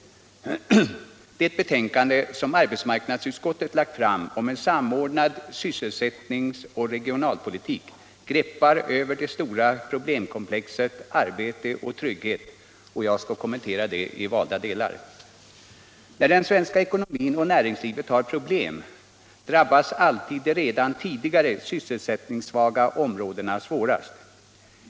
Det betänkande som arbetsmarknadsutskottet lagt fram om en samordnad sysselsättnings och regionalpolitik greppar över det stora problemkomplexet ”arbete och trygghet”, och jag skall kommentera det i valda delar. När den svenska ekonomin och näringslivet har problem drabbas alltid de redan tidigare sysselsättningssvaga områdena svårast.